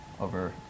over